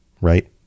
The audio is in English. right